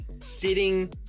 sitting